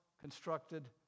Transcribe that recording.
constructed